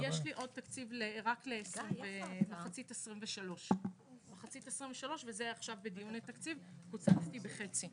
יש לי עוד תקציב רק למחצית 2023. עכשיו בדיוני תקציב קוצצתי בחצי.